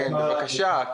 בבקשה,